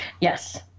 yes